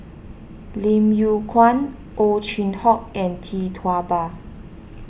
Lim Yew Kuan Ow Chin Hock and Tee Tua Ba